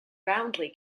roundly